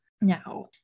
now